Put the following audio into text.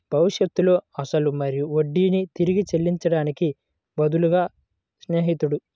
భవిష్యత్తులో అసలు మరియు వడ్డీని తిరిగి చెల్లించడానికి బదులుగా స్నేహితుడు